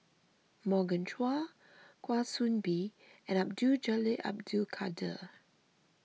Morgan Chua Kwa Soon Bee and Abdul Jalil Abdul Kadir